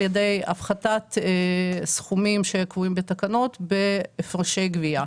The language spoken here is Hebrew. על ידי הפחתת סכומים שקבועים בתקנות בהפרשי גבייה.